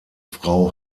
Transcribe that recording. frau